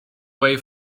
way